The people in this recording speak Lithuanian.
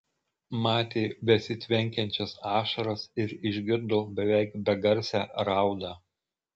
matė besitvenkiančias ašaras ir išgirdo beveik begarsę raudą